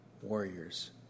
warriors